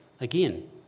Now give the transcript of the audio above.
again